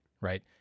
right